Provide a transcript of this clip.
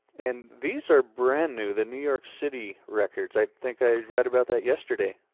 and these are brand new, the new york city records. i think i read about that yesterday.